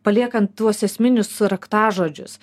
paliekant tuos esminius raktažodžius